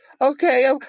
Okay